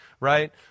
right